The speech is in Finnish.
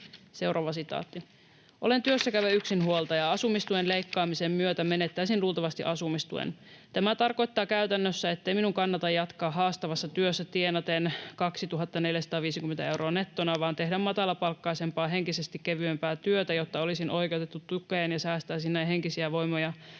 sossun luukulle.” ”Olen työssäkäyvä yksinhuoltaja. Asumistuen leikkaamisen myötä menettäisin luultavasti asumistuen. Tämä tarkoittaa käytännössä, ettei minun kannata jatkaa haastavassa työssä tienaten 2 450 euroa nettona vaan tehdä matalapalkkaisempaa, henkisesti kevyempää työtä, jotta olisin oikeutettu tukeen ja säästäisin näin henkisiä voimia